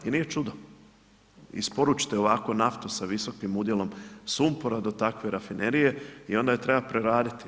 nije čudo, isporučite ovako naftu sa visokim udjelom sumpora, do takve rafinerije i onda je treba preraditi.